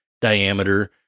diameter